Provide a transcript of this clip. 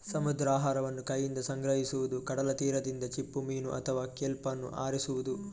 ಸಮುದ್ರಾಹಾರವನ್ನು ಕೈಯಿಂದ ಸಂಗ್ರಹಿಸುವುದು, ಕಡಲ ತೀರದಿಂದ ಚಿಪ್ಪುಮೀನು ಅಥವಾ ಕೆಲ್ಪ್ ಅನ್ನು ಆರಿಸುವುದು